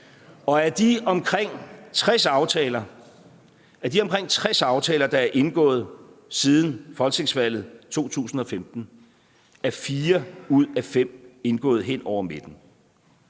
Og af de omkring 60 aftaler, der er indgået siden folketingsvalget 2015, er 4 ud af 5 indgået hen over midten.